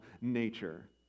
nature